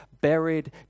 buried